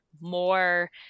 more